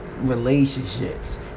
Relationships